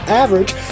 average